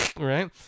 right